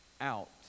out